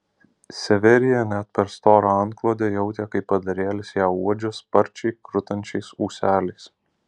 severija net per storą antklodę jautė kaip padarėlis ją uodžia sparčiai krutančiais ūseliais